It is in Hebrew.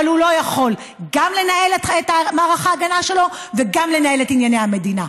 אבל הוא לא יכול גם לנהל את מערך ההגנה שלו וגם לנהל את ענייני המדינה.